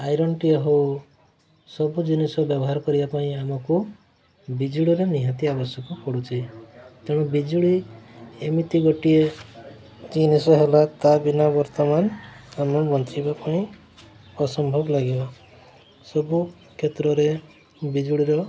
ଆଇରନ୍ଟିଏ ହେଉ ସବୁ ଜିନିଷ ବ୍ୟବହାର କରିବା ପାଇଁ ଆମକୁ ବିଜୁଳିରେ ନିହାତି ଆବଶ୍ୟକ ପଡ଼ୁଛି ତେଣୁ ବିଜୁଳି ଏମିତି ଗୋଟିଏ ଜିନିଷ ହେଲା ତା ବିନା ବର୍ତ୍ତମାନ ଆମ ବଞ୍ଚିବା ପାଇଁ ଅସମ୍ଭବ ଲାଗିବ ସବୁ କ୍ଷେତ୍ରରେ ବିଜୁଳିର